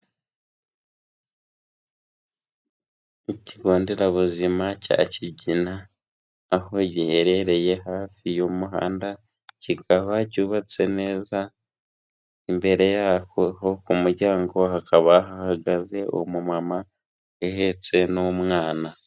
Ikigo nderabuzima cya kigina aho giherereye hafi y'umuhanda cyikaba cyubatse neza imbere yaho ku muryango hakaba hahagaze umumama uhetse n'umwana.